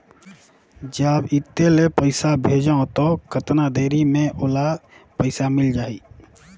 जब इत्ते ले पइसा भेजवं तो कतना देरी मे ओला पइसा मिल जाही?